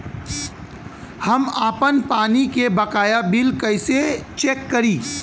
हम आपन पानी के बकाया बिल कईसे चेक करी?